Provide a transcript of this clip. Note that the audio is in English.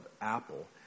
Apple